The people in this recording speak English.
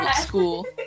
school